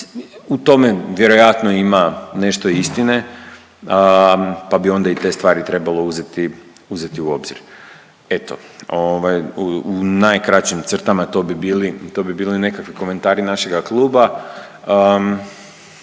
u tome vjerojatno ima nešto istine, pa bi onda i te stvari trebalo uzeti u obzir. Eto u najkraćim crtama to bi bili nekakvi komentari našega kluba.